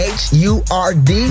h-u-r-d